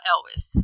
Elvis